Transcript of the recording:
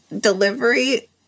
delivery